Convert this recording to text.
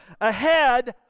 ahead